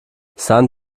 san